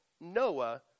Noah